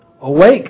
Awake